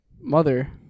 mother